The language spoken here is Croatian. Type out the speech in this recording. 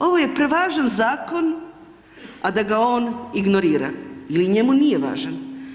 Ovo je prevažan zakon a da ga on ignorira jer njemu nije važan.